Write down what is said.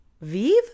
vive